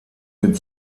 mit